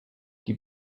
die